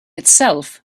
itself